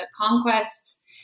conquests